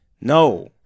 No